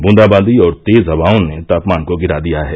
बूंदाबांदी और तेज़ हवाओं ने तापमान को गिरा दिया है